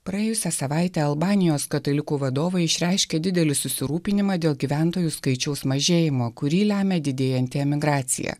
praėjusią savaitę albanijos katalikų vadovai išreiškė didelį susirūpinimą dėl gyventojų skaičiaus mažėjimo kurį lemia didėjanti emigracija